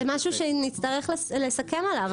זה משהו שנצטרך לסכם עליו,